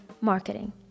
marketing